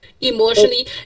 emotionally